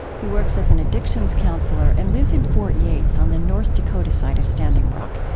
he works as an addictions counselor and lives in fort yates, on the north dakota side of standing rock.